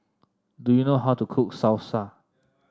do you know how to cook Salsa